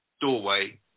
doorway